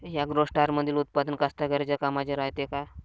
ॲग्रोस्टारमंदील उत्पादन कास्तकाराइच्या कामाचे रायते का?